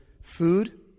food